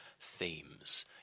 themes